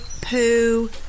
Poo